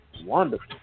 Wonderful